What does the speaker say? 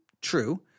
true